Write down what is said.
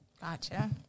Gotcha